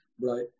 right